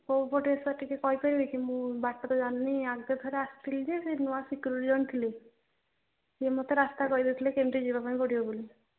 କୋଉ ପଟେ ସାର୍ ଟିକେ କହିପାରିବେ କି ମୁଁ ବାଟ ତ ଜାଣିନି ଆଗରୁ ଥରେ ଆସିଥିଲି ଯେ ସେ ନୂଆ ସିକ୍ୟୁରିଟି ଜଣେ ଥିଲେ ଯେ ସେ ମୋତେ ରାସ୍ତା କହିଦେଇଥିଲେ କେମିତି ଯିବା ପାଇଁ ପଡ଼ିବ ବୋଲି